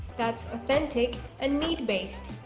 that's authentic and need-based.